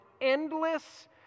endless